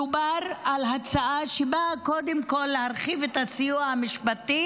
מדובר על הצעה שבאה קודם כול להרחיב את הסיוע המשפטי